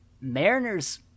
mariner's